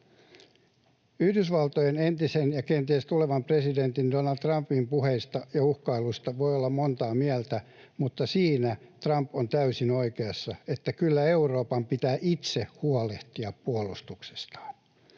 Yhdysvaltojen entisen ja kenties tulevan presidentin Donald Trumpin puheista ja uhkailuista voi olla montaa mieltä, mutta siinä Trump on täysin oikeassa, että kyllä Euroopan pitää itse huolehtia puolustuksestaan.